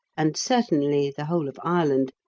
and certainly the whole of ireland,